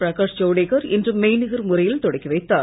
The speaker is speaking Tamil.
பிரகாஷ் ஜவடேகர் இன்று மெய்நிகர் முறையில் தொடக்கி வைத்தார்